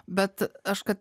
bet aš kad